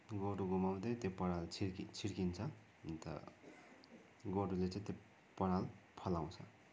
गोरू घुमाउँदै त्यो पराल छिर्कि छिर्किन्छ अन्त गोरूले चाहिँ त्यो पराल फलाउँछ